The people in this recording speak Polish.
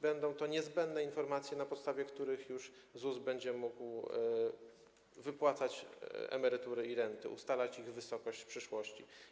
Będą to niezbędne informacje, na podstawie których ZUS będzie mógł wypłacać emerytury i renty, ustalać ich wysokość w przyszłości.